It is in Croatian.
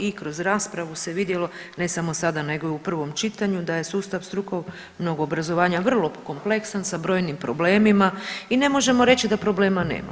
I kroz raspravu se vidjelo ne samo sada nego i u prvom čitanju da je sustav strukovnog obrazovanja vrlo kompleksan sa brojnim problemima i ne možemo reći da problema nema.